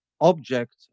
object